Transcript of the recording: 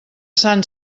sant